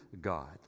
God